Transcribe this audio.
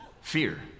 fear